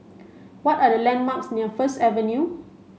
what are the landmarks near First Avenue